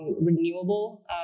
renewable